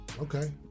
Okay